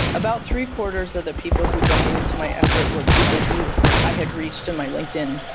about three quarters of the people who donated to my effort were people who i had reached in my linkedin.